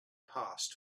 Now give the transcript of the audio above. passed